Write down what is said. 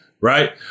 right